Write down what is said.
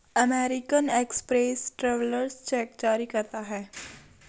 American Express travellers cheque जारी करता है